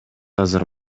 азыр